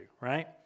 right